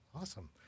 Awesome